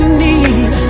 need